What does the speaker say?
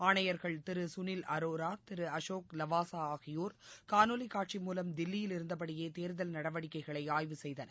ஆணையர்கள் திரு சுனில் அரோரா திரு அசோக் லவாசா ஆகியோர் காணொலி காட்சி மூலம் தில்லியில் இருந்தபடியே தேர்தல் நடவடிக்கைகளை ஆய்வு செய்தார்கள்